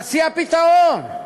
תציע פתרון.